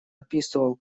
описывал